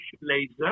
laser